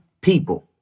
people